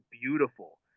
beautiful